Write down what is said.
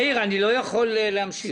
מאיר, אני לא יכול להמשיך.